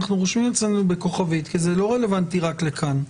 אנחנו רושמים אצלנו בכוכבית כי זה לא רלוונטי רק לכאן.